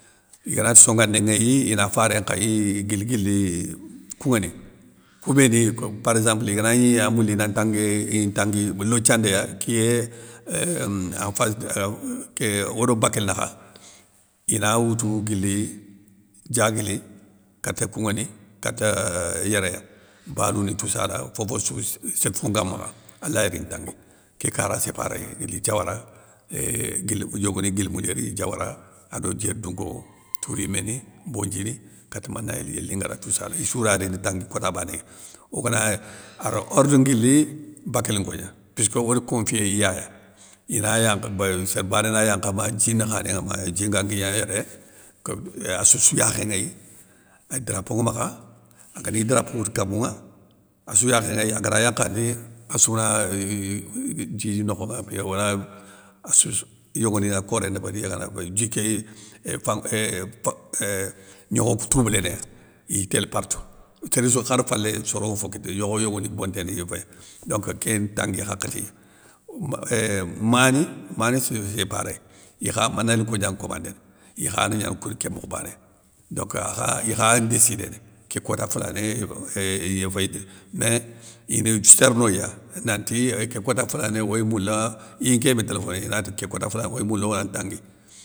Iganati songadé nŋéy, ina faré nkhayi, guili guili kounŋéni, koubé ni par éxemple igagni a mouli ina tangué tangui, lothiandé ya, kiyé, en face ké odo bakél nakha, ina woutou guili, diaguili kata kounŋéni, kata yéré balou ni toussala fofossou sétte fo nga makha alay rini tangui, ké kara sé paréy, guili diawara euuhh guili, yogoni guili moudéry, diawara ado, diérdounko touriyimé ni, bondji ni kate manayéli, yéllingara toussala isssou ray rini tangui kota bané. ogana aro orde nguili bakélinko gna puisskeu ode konfiyé iyaya, ina yankha beu sér bané na yankha ma dji nakhané ŋa ma djin nga kigné yéré, ko assoussou yakhé nŋéy, drapo nŋa makha agani drapo nŋwoutou kamounŋa, assou yakhé nŋéy, agana yakhandi assouna dji nokhonŋa, épi wala assoussou yogoni na koré ndébéri iyagana koy, dji ké fan gnokho kou troubléné ya, iy tél partou i tél sokhe khar falé, soronŋa fo kita, gnokho yogoni ya bonténé iy fé, donc, kén ntagui hakhéti, om éhhhh. Mani, mani sé pareéy, ikha manayélinko gna nkomandéné, ikha na gna na kom kén mokhobanéya, donc akha ikha ya ndéssidéné, ké kota foulané, éuuuuhh iy féyindini, mé ine sér noya nati ké kota foulané oy moula iyi nké yime téléfono inati ké, kota foulané oy moula ona ntangui.